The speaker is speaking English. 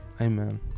Amen